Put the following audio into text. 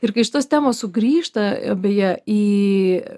ir kai šitos temos sugrįžta beje į